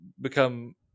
become